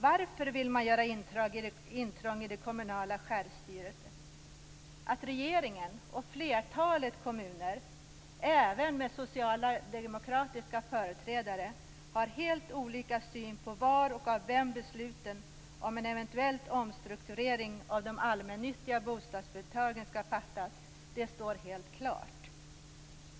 Varför vill man göra intrång i det kommunala självstyret? Att regeringen och flertalet kommuner, även med socialdemokratiska företrädare, har helt olika syn på var och av vem besluten om en eventuell omstrukturering av de allmännyttiga bostadsföretagen skall fattas står helt klart.